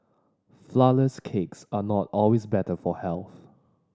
flourless cakes are not always better for health